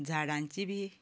झाडांची बी